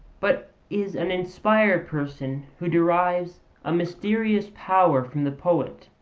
but is an inspired person who derives a mysterious power from the poet